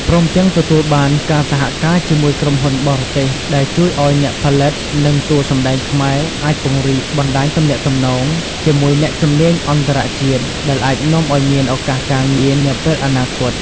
ព្រមទាំងទទួលបានការសហការជាមួយក្រុមហ៊ុនបរទេសដែលជួយឱ្យអ្នកផលិត និងតួសម្ដែងខ្មែរអាចពង្រីកបណ្តាញទំនាក់ទំនងជាមួយអ្នកជំនាញអន្តរជាតិ ដែលអាចនាំឱ្យមានឱកាសការងារនាពេលអនាគត។